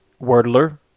wordler